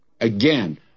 Again